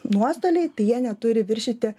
nuostoliai tai jie neturi viršyti